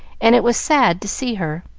and it was sad to see her.